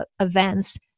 events